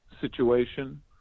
situation